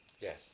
Yes